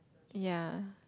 ya